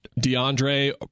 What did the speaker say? DeAndre